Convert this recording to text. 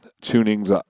Tuning's